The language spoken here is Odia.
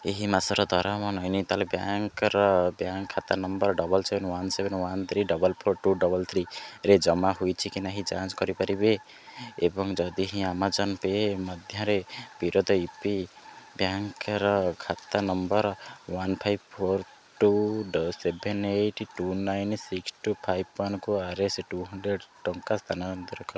ଏହି ମାସର ଦରମା ନୈନିତାଲ ବ୍ୟାଙ୍କ୍ର ବ୍ୟାଙ୍କ୍ ଖାତା number double seven one seven one three double four two double ଥ୍ରୀରେ ଜମା ହୋଇଛି କି ନାହିଁ ଯାଞ୍ଚ କରିପାରିବେ ଏବଂ ଯଦି ହିଁ ଆମାଜନ୍ ପେ ମଧ୍ୟରେ ବିରୋଦା ୟୁ ପି ବ୍ୟାଙ୍କ୍ର ଖାତା number one five four two ଡ seven eight two nine six two five ୱାନକୁ ଆର ଏସ୍ ଟୁ ହନଡ୍ରେଡ଼୍ ଟଙ୍କା ସ୍ଥାନାନ୍ତରିତ କର